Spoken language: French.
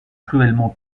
cruellement